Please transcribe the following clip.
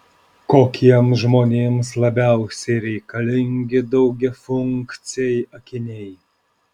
kokiems žmonėms labiausiai reikalingi daugiafunkciai akiniai